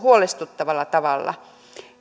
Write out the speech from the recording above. huolestuttavalla tavalla